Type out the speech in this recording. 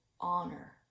honor